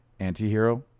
antihero